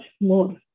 more